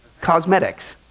Cosmetics